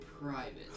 private